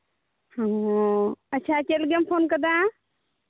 ᱚ ᱟᱪᱪᱷᱟ ᱪᱮᱫ ᱞᱟᱹᱜᱤᱫ ᱮᱢ ᱯᱷᱳᱱ ᱠᱟᱫᱟ